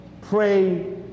pray